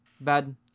bad